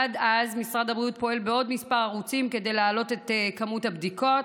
עד אז משרד הבריאות פועל בעוד כמה ערוצים כדי להעלות היקף הבדיקות: